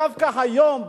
דווקא היום,